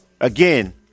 again